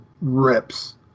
rips